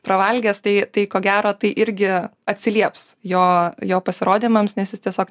pravalgęs tai tai ko gero tai irgi atsilieps jo jo pasirodymams nes jis tiesiog